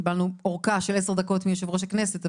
קיבלנו אורכה של 10 דקות מיושב ראש הכנסת.